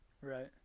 Right